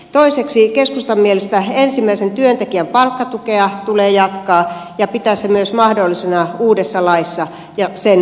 toiseksi keskustan mielestä ensimmäisen työntekijän palkkatukea tulee jatkaa ja pitää se myös mahdollisena uudessa laissa ja sen asetuksessa